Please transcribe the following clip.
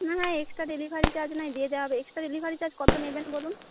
হ্যাঁ হ্যাঁ extra delivery charge নাহয় দিয়ে দেওয়া হবে এক্সট্রা ডেলিভারি চার্জ কত নেবেন বলুন